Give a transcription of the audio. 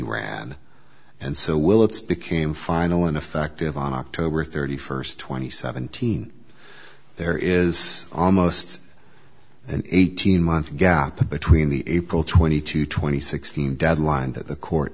fimian ran and so will its became final and effective on october thirty first twenty seventeen there is almost an eighteen month gap between the april twenty two twenty sixteen deadline that the court